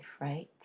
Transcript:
right